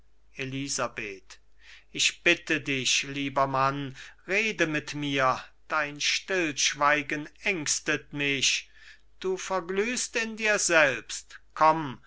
elisabeth ich bitte dich lieber mann rede mit mir dein stillschweigen ängstet mich du verglühst in dir selbst komm